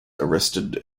arrested